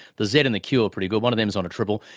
the z and the q are pretty good, one of them is on a triple,